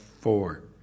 four